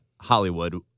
Hollywood